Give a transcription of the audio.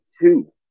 two